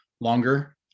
longer